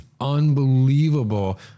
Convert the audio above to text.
unbelievable